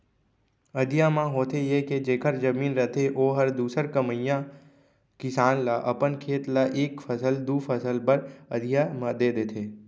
अधिया म होथे ये के जेखर जमीन रथे ओहर दूसर कमइया किसान ल अपन खेत ल एक फसल, दू फसल बर अधिया म दे देथे